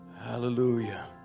Hallelujah